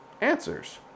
answers